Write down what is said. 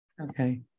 okay